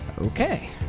Okay